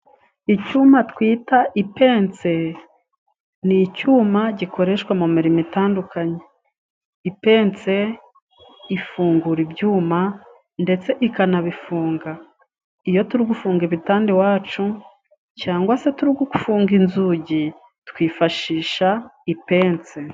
Icyuma twita ipense, ni icyuma gikoreshwa mu mirimo itandukanye, ipense ifungura ibyuma ndetse ikanabifunga, iyo turi gufunga ibitanda iwacu, cyangwa se turi gugufunga inzugi, twifashisha ipense.